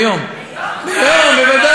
ביום, ביום, ביום.